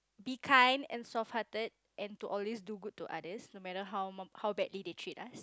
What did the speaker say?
be kind and soft hearted and to always do good to others no matter how how badly they treat us